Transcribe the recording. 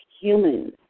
humans